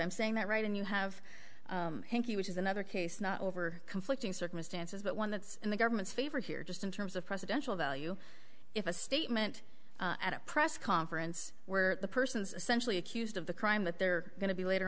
i'm saying that right and you have which is another case not over conflicting circumstances but one that's in the government's favor here just in terms of presidential value if a statement at a press conference where the person is essentially accused of the crime that they're going to be later